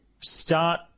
start